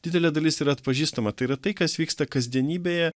didelė dalis yra atpažįstama tai yra tai kas vyksta kasdienybėje